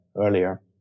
earlier